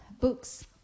books